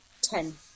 Ten